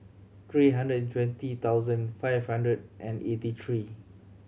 three hundred and twenty thousand five hundred and eighty three